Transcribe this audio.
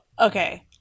okay